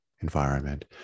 environment